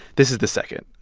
this is the second.